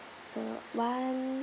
so one